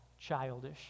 childish